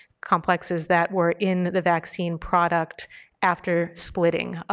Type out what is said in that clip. complexes that were in the vaccine product after splitting.